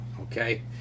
Okay